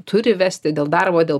turi vesti dėl darbo dėl